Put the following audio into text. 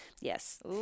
yes